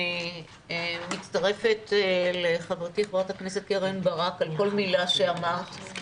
אני מצטרפת לחברתי ח"כ קרן ברק על כל מילה שאמרת.